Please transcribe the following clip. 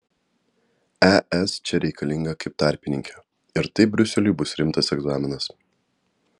es čia reikalinga kaip tarpininkė ir tai briuseliui bus rimtas egzaminas